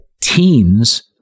teens